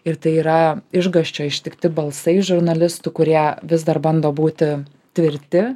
ir tai yra išgąsčio ištikti balsai žurnalistų kurie vis dar bando būti tvirti